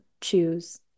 choose